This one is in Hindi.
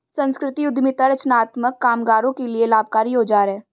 संस्कृति उद्यमिता रचनात्मक कामगारों के लिए लाभकारी औजार है